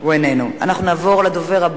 אינו נוכח.